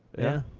yeah.